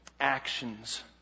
actions